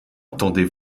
attendez